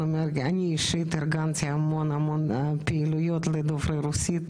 אני אישית תרגמתי המון פעילויות לדוברי רוסית,